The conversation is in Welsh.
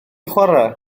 chwarae